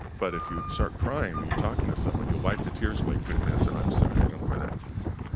but if you start crying when you're talking to someone, you'll wipe the tears away quickly and say, i'm sorry, i don't know where that came from.